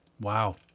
Wow